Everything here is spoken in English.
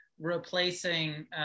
replacing